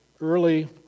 early